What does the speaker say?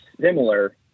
similar